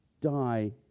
die